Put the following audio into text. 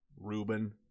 Ruben